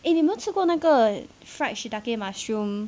eh 你有没有吃过那个 fried mushroom